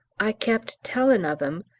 i kept tellin' of him,